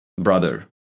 brother